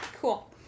cool